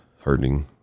hurting